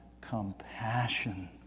compassion